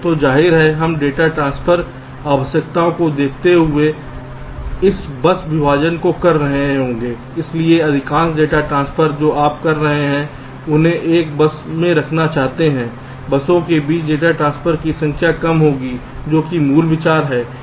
तो जाहिर है हम डेटा ट्रांसफर आवश्यकताओं को देखते हुए इस बस विभाजन को कर रहे होंगे इसलिए अधिकांश डेटा ट्रांसफर जो आप कर रहे हैं उन्हें एक बस में रखना चाहते हैं बसों के बीच डेटा ट्रांसफर की संख्या कम होगी जो कि विचार है